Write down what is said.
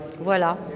Voilà